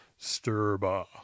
Sturba